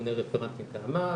ממונה רפרנט מטעמה.